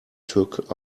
took